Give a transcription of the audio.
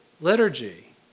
liturgy